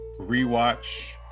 rewatch